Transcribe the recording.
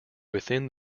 within